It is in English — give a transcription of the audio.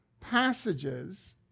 passages